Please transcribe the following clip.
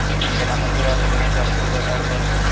प्रधानमंत्री आवास योजना की ऑफिशियल वेबसाइट कौन सी है?